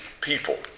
people